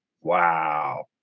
Wow